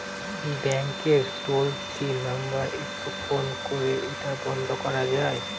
ব্যাংকের toll free number একটু phone করে এটা বন্ধ করা যায়?